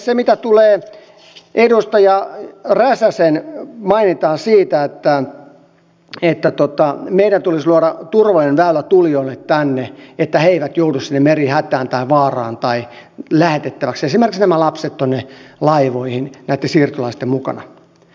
se mitä tulee edustaja räsäsen mainintaan siitä että meidän tulisi luoda turvallinen väylä tulijoille tänne että he eivät joudu sinne merihätään tai vaaraan tai esimerkiksi nämä lapset lähetettäväksi tuonne laivoihin näitten siirtolaisten mukana